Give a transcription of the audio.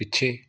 ਪਿੱਛੇ